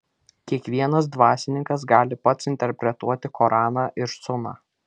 kiekvienas dvasininkas gali pats interpretuoti koraną ir suną